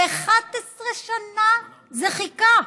ו-11 שנה זה חיכה,